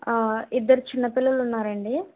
ఇద్దరు చిన్నపిల్లలు ఉన్నారండి